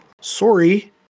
Sorry